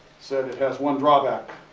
said, it has one drawback,